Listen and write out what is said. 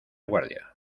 guardia